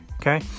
okay